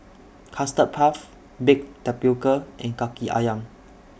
Custard Puff Baked Tapioca and Kaki Ayam